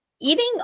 eating